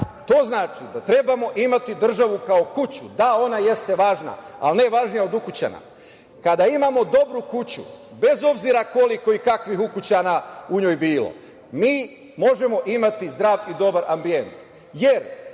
to znači da trebamo imati državu kao kuću, da, ona jeste važna, ali ne važnija od ukućana. Kada imamo dobru kuću, bez obzira koliko i kakvih ukućana u njoj bilo, mi možemo imati zdrav i dobar ambijent,